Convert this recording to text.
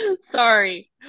Sorry